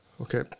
Okay